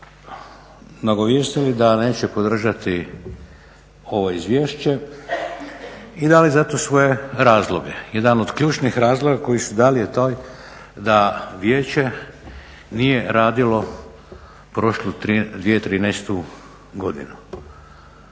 nagovijestili da neće podržati ovo izvješće i dali zato svoje razloge. Jedan od ključnih razloga koji su dali je taj da vijeće nije radilo prošlu 2013. godinu,